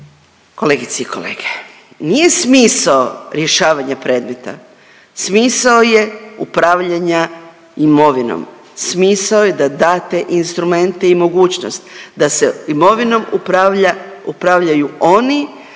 Kolegice i kolege, nije smisao rješavanja predmeta, smisao je upravljanja imovinom, smisao je da date instrumente i mogućnost da se imovinom upravlja,